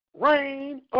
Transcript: rain